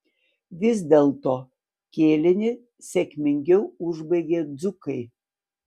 vis dėlto kėlinį sėkmingiau užbaigė dzūkai